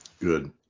Good